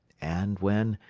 and when,